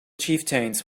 chieftains